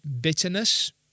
bitterness